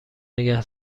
نگه